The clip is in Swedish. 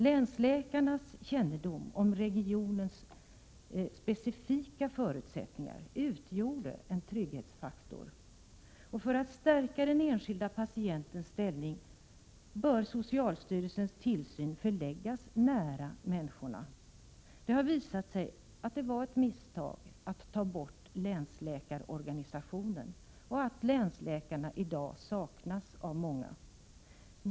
Länsläkarnas kännedom om regionens specifika förutsättningar utgjorde en trygghetsfaktor. För att stärka den enskilde patientens ställning bör socialstyrelsens tillsyn förläggas nära människorna. Det har visat sig att det var ett misstag att ta bort länsläkarorganisationen. Länsläkarna i dag saknas av många.